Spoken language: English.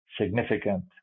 significant